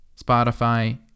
Spotify